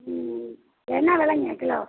ம் ம் என்ன விலைங்க கிலோ